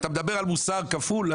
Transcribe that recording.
ואתה מדבר על מוסר כפול?